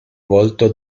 volto